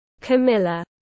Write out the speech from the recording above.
Camilla